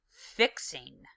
fixing